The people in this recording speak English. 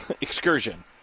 excursion